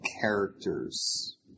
characters